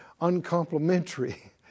uncomplimentary